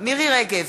מירי רגב,